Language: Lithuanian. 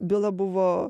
byla buvo